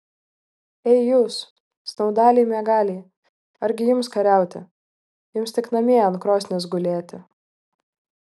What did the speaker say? ei jūs snaudaliai miegaliai argi jums kariauti jums tik namie ant krosnies gulėti